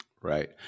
Right